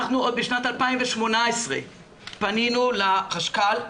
אנחנו עוד בשנת 2018 פנינו לחשכ"ל,